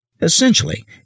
Essentially